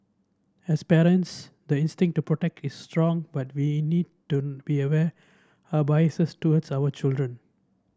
as parents the instinct to protect is strong but we need to be aware our biases towards our children